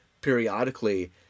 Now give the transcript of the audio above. periodically